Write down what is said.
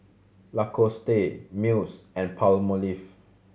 Lacoste Miles and Palmolive